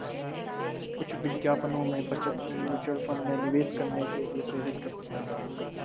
कुछ विज्ञापनों में बचत को म्यूचुअल फंड में निवेश करने के लिए प्रेरित करते हैं